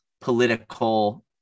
political